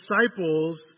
disciples